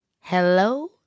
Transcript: hello